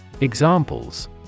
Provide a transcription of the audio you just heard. Examples